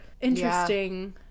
interesting